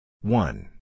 One